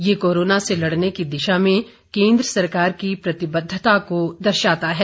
ये कोरोना से लड़ने की दिशा में केंद्र सरकार की प्रतिबद्वता को दर्शाता है